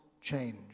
change